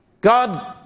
God